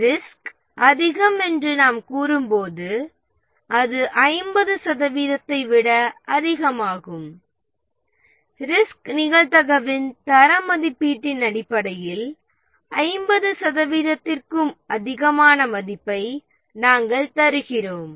risk 50 சதவீதத்தை விட அதிகமாக இருக்கும் போது ரிஸ்க் அதிகம் என்று கூறுகிறோம் ரிஸ்க்கின் நிகழ்தகவின் தர மதிப்பீட்டின் அடிப்படையில் 50 சதவீதத்திற்கும் அதிகமான மதிப்பை நாம் தருகிறோம்